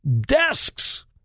desks